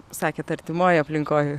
sakėt artimoj aplinkoj